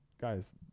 Guys